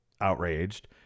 outraged